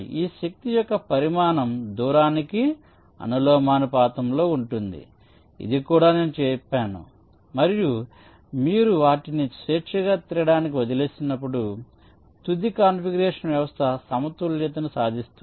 ఈ శక్తి యొక్క పరిమాణం దూరానికి అనులోమానుపాతంలో ఉంటుంది ఇది కూడా నేను చెప్పాను మరియు మీరు వాటిని స్వేచ్ఛగా తిరగడానికి వదిలివేసినప్పుడు తుది కాన్ఫిగరేషన్ వ్యవస్థ సమతుల్యతను సాధిస్తుంది